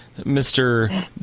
Mr